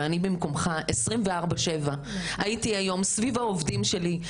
אבל אני במקומך הייתי היום 24/7 סביב העובדים שלי,